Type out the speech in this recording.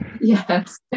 Yes